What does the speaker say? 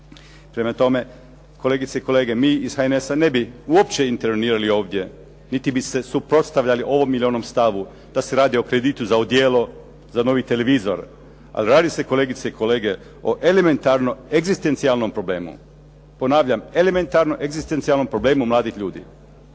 Prema tome, kolegice i kolege mi iz HNS-a ne bi uopće intervenirali ovdje niti bi se suprotstavljali ovom ili onom stavu da se radi o kreditu za odijelo, za novi televizor ali radi se kolegice i kolege o elementarno egzistencijalnom problemu. Ponavljam, elementarno egzistencijalnom prometu mladih ljudi.